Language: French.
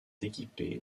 équipé